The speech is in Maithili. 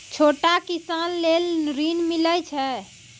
छोटा किसान लेल ॠन मिलय छै?